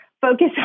focus